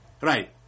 Right